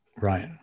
right